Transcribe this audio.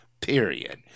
period